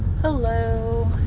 Hello